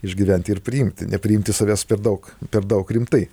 išgyventi ir priimti nepriimti savęs per daug per daug rimtai